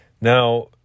Now